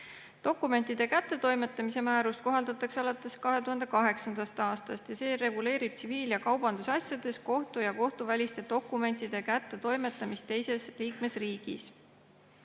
Dokumentide kättetoimetamise määrust kohaldatakse alates 2008. aastast ja see reguleerib tsiviil- ja kaubandusasjades kohtu- ja kohtuväliste dokumentide kättetoimetamist teises liikmesriigis.